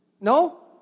No